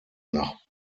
nach